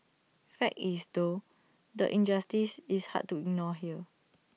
fact is though the injustice is hard to ignore here